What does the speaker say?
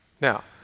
now